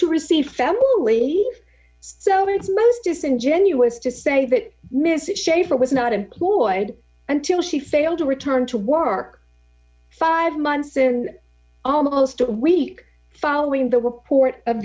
to receive family so it's most disingenuous to say that mrs schaefer was not employed until she failed to return to work five months in almost a week following the report of